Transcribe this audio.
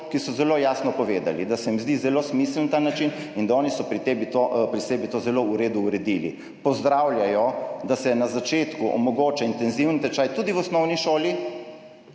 ki so zelo jasno povedali, da se jim zdi zelo smiseln ta način in da so oni to pri sebi zelo v redu uredili. Pozdravljajo, da se na začetku omogoča intenziven tečaj tudi v osnovni šoli.